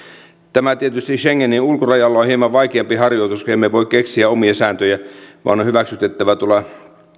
tämä tietysti schengenin ulkorajalla on hieman vaikeampi harjoitus kun emme voi keksiä omia sääntöjä vaan ne on hyväksytettävä tuolla